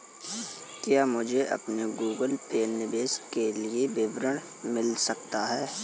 क्या मुझे अपने गूगल पे निवेश के लिए विवरण मिल सकता है?